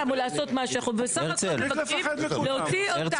מספיק לפחד מכולם.